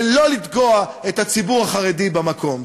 ולא לתקוע את הציבור החרדי במקום.